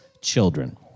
Children